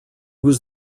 was